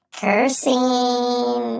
cursing